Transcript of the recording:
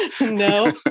No